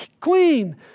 queen